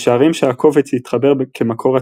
משערים שהקובץ התחבר כמקור עצמאי,